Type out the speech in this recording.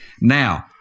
Now